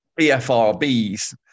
BFRBs